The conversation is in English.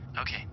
Okay